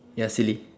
ya silly